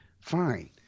fine